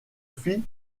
fit